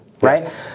right